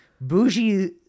bougie